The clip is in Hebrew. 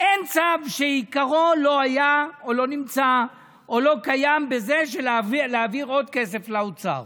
אין צו שעיקרו לא היה או לא נמצא או לא קיים בלהעביר עוד כסף לאוצר.